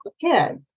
kids